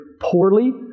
poorly